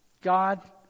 God